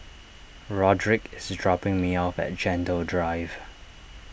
Rodrick is dropping me off at Gentle Drive